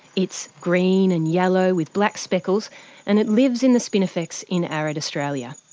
it's green and yellow with black speckles and it lives in the spinifex in arid australia.